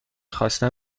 خواستم